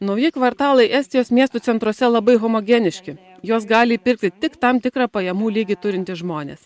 nauji kvartalai estijos miestų centruose labai homogeniški juos gali įpirkti tik tam tikrą pajamų lygį turintys žmonės